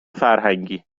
فرهنگی